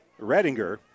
Redinger